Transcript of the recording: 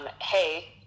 hey